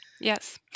Yes